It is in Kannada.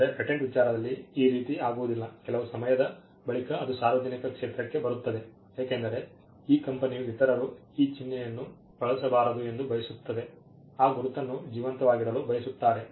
ಆದರೆ ಪೇಟೆಂಟ್ ವಿಚಾರದಲ್ಲಿ ಈ ರೀತಿ ಆಗುವುದಿಲ್ಲ ಕೆಲವು ಸಮಯದ ಬಳಿಕ ಅದು ಸಾರ್ವಜನಿಕ ಕ್ಷೇತ್ರಕ್ಕೆ ಬರುತ್ತದೆ ಏಕೆಂದರೆ ಈ ಕಂಪನಿಯು ಇತರರು ಈ ಚಿಹ್ನೆಯನ್ನು ಬಳಸಬಾರದು ಎಂದು ಬಯಸುತ್ತದೆ ಆ ಗುರುತನ್ನು ಜೀವಂತವಾಗಿಡಲು ಬಯಸುತ್ತಾರೆ